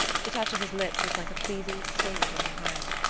the touch of his lips was like a pleasing sting to her hand.